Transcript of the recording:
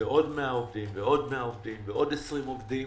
עוד 100 עובדים ועוד 100 עובדים ועוד 20 עובדים.